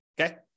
okay